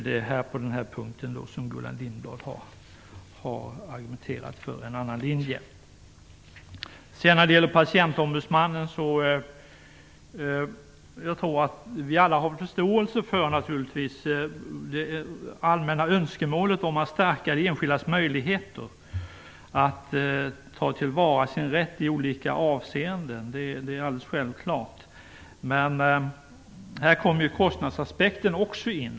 Det är på den punkten som Gullan Lindblad har argumenterat för en annan linje. När det gäller patientombudsmannen tror jag att vi alla har förståelse för det allmänna önskemålet att stärka de enskilda människornas möjligheter att ta till vara sin rätt i olika avseenden. Men här kommer också kostnadsaspekten in.